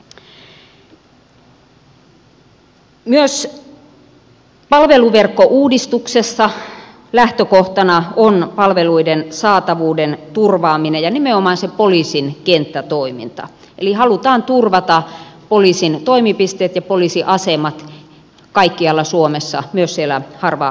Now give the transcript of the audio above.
myös palveluverkkouudistuksessa lähtökohtana on palveluiden saatavuuden turvaaminen ja nimenomaan se poliisin kenttätoiminta eli halutaan turvata poliisin toimipisteet ja poliisiasemat kaikkialla suomessa myös siellä harvaan asutuilla alueilla